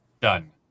done